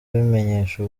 abimenyesha